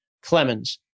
Clemens